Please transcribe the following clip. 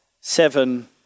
seven